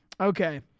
Okay